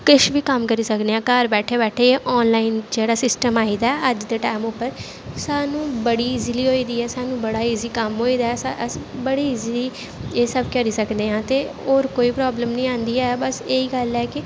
किश बी कम्म करी सकने आं घर बैठे बैठे आनलाइन जेह्ड़ा सिस्टम आई गेदा ऐ अज्ज दे टैम उप्पर सानूं बड़ी ईजली होई दी ऐ सानूं बड़ा ईजली कम्म होई दा ऐ अस बड़ी ईजली एह् सब करी सकने आं ते होर कोई प्राब्लम निं आंदी ऐ बस एह् ही गल्ल ऐ कि